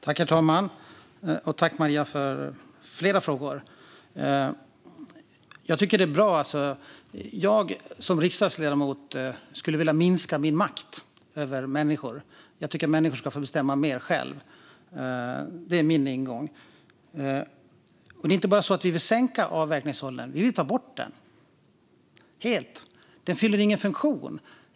Herr talman! Tack, Maria, för flera frågor! Jag som riksdagsledamot skulle vilja minska min makt över människor; jag tycker att det är bra om människor får bestämma mer själva. Det är min ingång. Det är inte bara så att vi vill sänka avverkningsåldern. Vi vill ta bort gränsen helt. Den fyller ingen funktion.